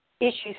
issues